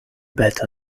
better